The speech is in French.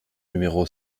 numéro